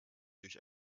durch